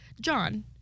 John